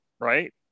right